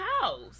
house